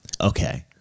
Okay